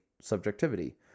subjectivity